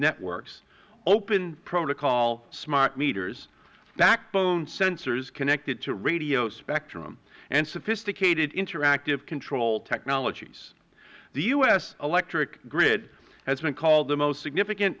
networks open protocol smart meters backbone sensors connected to radio spectrum and sophisticated interactive control technologies the us electric grid has been called the most significant